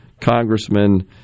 Congressman